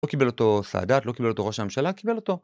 לא קיבל אותו, סאדאת לא קיבל אותו, ראש הממשלה - קיבל אותו.